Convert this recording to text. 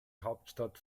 hauptstadt